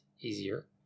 easier